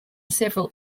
several